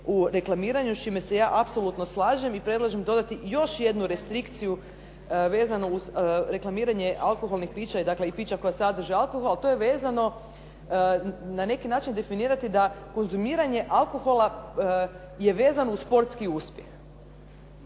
u reklamiranju s čime se ja apsolutno slažem i predlažem dodati još jednu restrikciju vezanu uz reklamiranje alkoholnih pića, dakle i pića koja sadrže alkohol a to je vezano na neki način definirati da konzumiranje alkohola je vezano uz sportski uspjeh.